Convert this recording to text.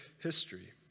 history